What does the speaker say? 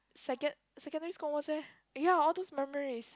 second secondary school most eh ya all those memories